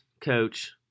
coach